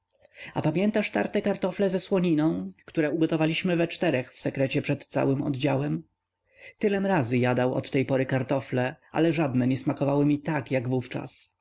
a pamiętasz tarte kartofle ze słoniną które ugotowaliśmy we czterech w sekrecie przed całym oddziałem tylem razy jadał od tej pory kartofle ale żadne nie smakowały mi tak jak wówczas